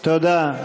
תודה.